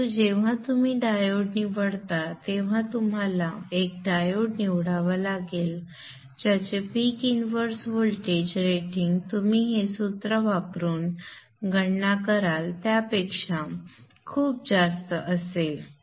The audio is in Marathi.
म्हणून जेव्हा तुम्ही डायोड निवडता तेव्हा तुम्हाला एक डायोड निवडावा लागेल ज्याचे पीक इनव्हर्स व्होल्टेज रेटिंग तुम्ही हे सूत्र वापरून गणना कराल त्यापेक्षा खूप जास्त असेल